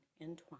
entwined